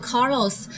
Carlos